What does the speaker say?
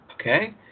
Okay